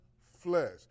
flesh